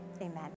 Amen